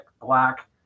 black